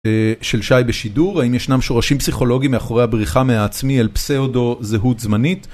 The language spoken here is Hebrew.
של שי בשידור האם ישנם שורשים פסיכולוגיים מאחורי הבריחה מהעצמי אל פסאודו זהות זמנית.